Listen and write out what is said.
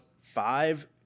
five